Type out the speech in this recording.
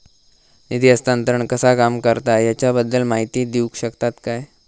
निधी हस्तांतरण कसा काम करता ह्याच्या बद्दल माहिती दिउक शकतात काय?